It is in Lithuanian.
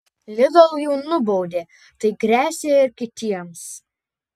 lidl jau nubaudė tai gresia ir kitiems